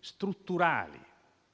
strutturali.